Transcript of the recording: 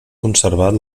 conservat